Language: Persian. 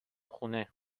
خونه